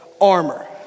armor